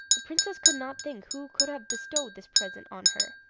the princess could not think who could have bestowed this present on her,